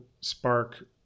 spark